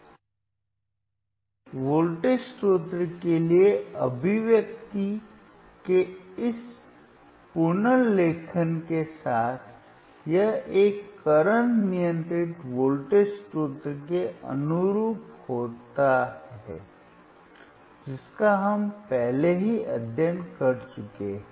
इसलिए वोल्टेज स्रोत के लिए अभिव्यक्ति के इस पुनर्लेखन के साथ यह एक करंट नियंत्रित वोल्टेज स्रोत के अनुरूप हो जाता है जिसका हम पहले ही अध्ययन कर चुके हैं